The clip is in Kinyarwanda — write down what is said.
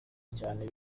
cyane